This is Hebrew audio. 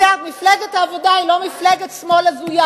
מצטערת, מפלגת העבודה היא לא מפלגת שמאל הזויה.